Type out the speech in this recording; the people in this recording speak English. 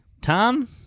Tom